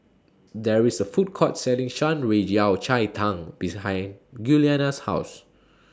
There IS A Food Court Selling Shan Rui Yao Cai Tang behind Giuliana's House